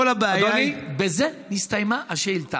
כל הבעיה היא, אדוני, בזה הסתיימה השאילתה.